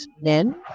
men